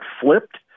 flipped